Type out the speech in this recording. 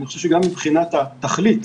גם מבחינת התכלית